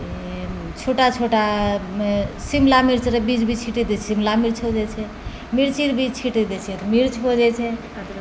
ई छोटा छोटामे शिमला मिर्चरऽ बीज भी छीटि दै छिए तऽ शिमला मिर्च भी हो जाइ छै मिर्ची भी छीटि दै छिए तऽ मिर्च भी हो जाइ छै